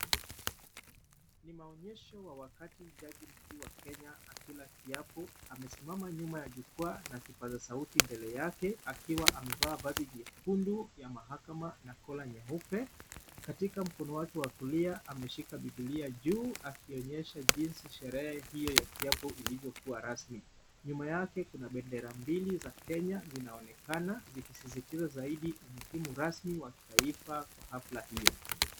Ni maaonyesho wa wakati jaji mkuu wa Kenya akila kiapo, amesimama nyuma ya jukwaa na kipaza sauti mbele yake akiwa amevaa viazi jekundu ya mahakama na collar nyeupe. Katika mkono wake wa kulia ameshika bibilia juu akionyesha jinsi sherehe hiyo ya kiapo ilivyokuwa rasmi. Nyuma yake kuna bendera mbili za Kenya zinaonekana zikisisitiza zaidi umuhimu rasmi wa kitaifa kwa hafla hiyo.